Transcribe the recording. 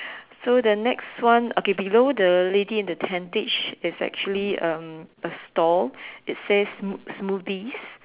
so the next one okay below the lady in the tentage is actually um a stall it says smoo~ smoothies